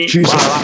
Jesus